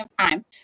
time